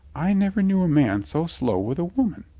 i never knew a man so slow with a woman,